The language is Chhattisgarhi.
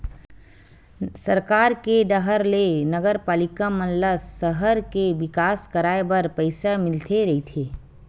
सरकार के डाहर ले नगरपालिका मन ल सहर के बिकास कराय बर पइसा मिलते रहिथे